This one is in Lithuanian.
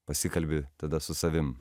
pasikalbi tada su savim